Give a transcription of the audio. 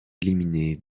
éliminé